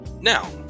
Now